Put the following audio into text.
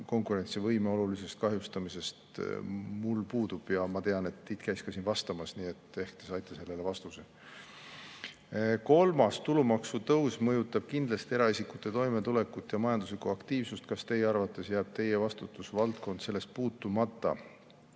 konkurentsivõime olulise kahjustamise kohta mul puudub. Ma tean, et Tiit käis siin vastamas, nii et ehk te saite sellele vastuse. Kolmas: "Tulumaksu tõus mõjutab kindlasti eraisikute toimetulekut ja majanduslikku aktiivsust. Kas Teie arvates jääb Teie vastutusvaldkond sellest puutumata?